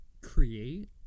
create